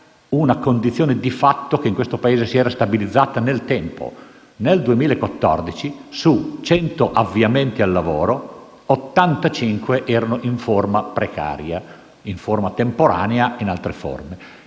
una condizione di fatto che in questo Paese si era stabilizzata nel tempo. Nel 2014, su 100 avviamenti al lavoro, 85 erano in forma precaria (in forma temporanea e in altre forme).